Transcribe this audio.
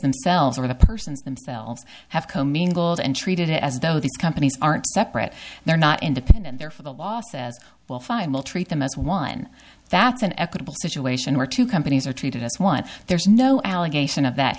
themselves or the persons themselves have commingled and treated it as though these companies aren't separate they're not independent they're for the law says well fine we'll treat them as one that's an equitable situation where two companies are treated us one there's no allegation of that